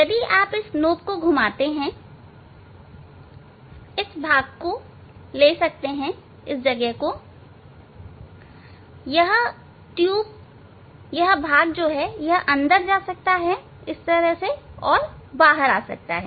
यदि आप इस नॉब को घुमाते हैं आप इस भाग को ले सकते हैं यह ट्यूब यह भाग अंदर आ सकता है और बाहर जा सकता है